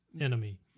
enemy